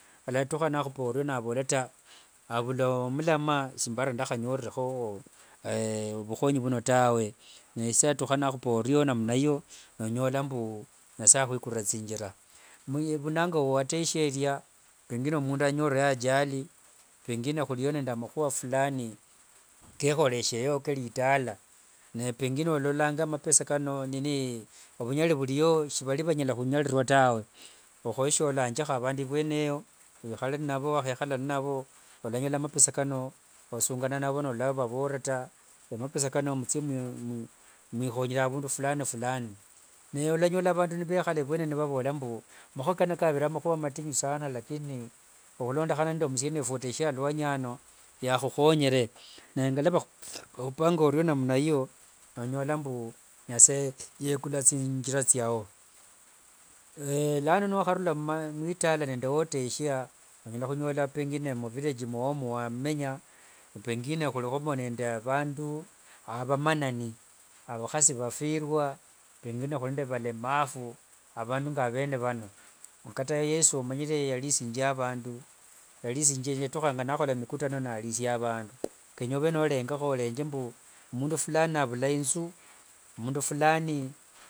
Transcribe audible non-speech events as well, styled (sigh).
Yalatukha nakhupa orio navola taa avula mulamwa simbara ndakhanyorerekho ovukhonyi vuno tawe nisa yatukha nakhupa orio namna iyo nonyola mbu nasaye akhwikurira thingira, nango wiwateshia eria pengine mundu anyorere ajali pengine khuriyo nde amakhuwa fulani, kekhoresheyo keritala nee pengine ololanga mapesa kano (hesitation) ovunyali vuriyo shivari vanyala khunyarirwa tawe, okhoyeshe olangekho avandu vuene eyo, wikhale navo wakhekhala navo olanyola mapesa kano osungana navo norulayo ovola taa mapesa kano muthie mwikhonyera avundu fulani, fulani niwalanyola avandu nivekhare vuene nivavola mbu, makhuwa kano kavere makhuwa matinyu sanaa lakini okhulondokhana nde musiani wefu uteshia aluanyi ano yakhukhonyere, naye ngilua vakhulanga orio namna iyo nonyola mbu nasaye yekula thingira thiao (hesitation) lano niwakharula mwitala nde woteshia onyala khunyola pengine muvillage mwao mwawamenya, pengine khurikhomo nde avandu, avamanani avakhasi vafwirwa, pengine khuri ende valemavu, avandu ngavene vano. Kata yesu omanyire yarisingia avandu, yatukhanga nakhola mukutano narisia avandu, kenya ove norenga norengakho mbu mundu fulani auma inzu, mundu fulani.